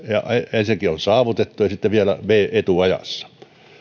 ensinnäkin on saavutettu ja sitten vielä etuajassa